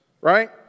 right